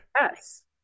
Yes